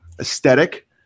aesthetic